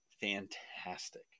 fantastic